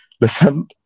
Listen